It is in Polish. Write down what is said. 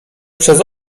przez